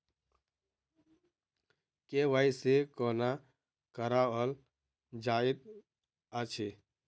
KYC कोना कराओल जाइत अछि?